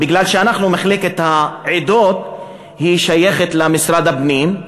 בגלל שמחלקת העדות שייכת למשרד הפנים,